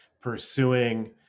pursuing